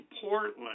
Portland